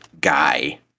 guy